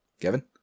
Kevin